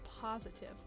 positive